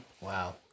Wow